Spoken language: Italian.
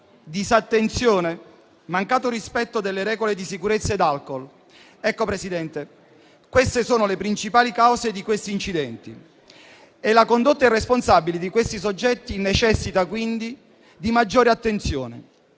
disattenzione o mancato rispetto delle regole di sicurezza ed alcol: ecco, signor Presidente, le principali cause di questi incidenti. La condotta irresponsabile di questi soggetti necessita quindi di maggior attenzione.